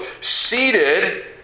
seated